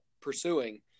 pursuing